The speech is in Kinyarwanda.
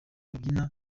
babyina